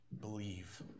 Believe